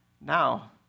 Now